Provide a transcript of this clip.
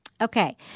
Okay